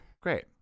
Great